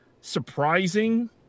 surprising